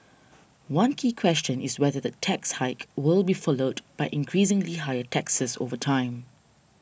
one key question is whether the tax hike will be followed by increasingly higher taxes over time